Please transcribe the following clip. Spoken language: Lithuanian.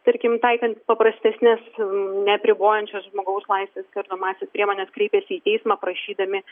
tarkim taikant paprastesnes neapribojančios žmogaus laisvės kardomąsias priemones kreipėsi į teismą prašydami